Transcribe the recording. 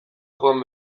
joan